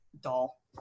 doll